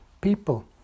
people